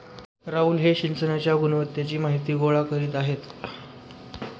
राहुल हे सिंचनाच्या गुणवत्तेची माहिती गोळा करीत आहेत